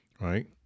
right